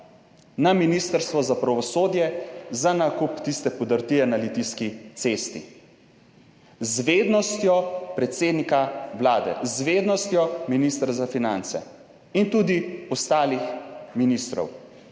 na Ministrstvo za pravosodje za nakup tiste podrtije na Litijski cesti, z vednostjo predsednika Vlade, z vednostjo ministra za finance in tudi ostalih ministrov,